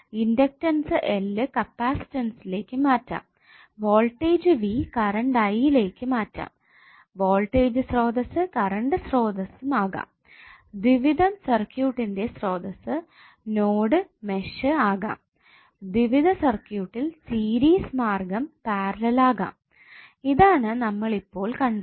inductance L കപ്പാസിറ്റൻസിലേക് മാറ്റാം voltage V current I ലേക് മാറ്റാം വോൾടേജ് സ്ത്രോതസ്സ് കറണ്ട് സ്ത്രോതസ്സു ആകാം ദ്വിവിധ സർക്യൂട്ടിന്റെ സ്ത്രോതസ്സ് നോഡ് മെഷ് ആകാം ദ്വിവിധ സർക്യൂട്ടിൽ സീരീസ് മാർഗ്ഗം പാരലൽ ആകാം ഇതാണ് നമ്മൾ ഇപ്പോൾ കണ്ടത്